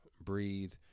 Breathe